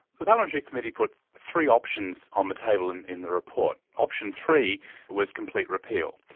the parliamentary committee put three options on the table in in the report. option three was complete repeal,